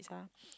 sia